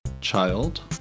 child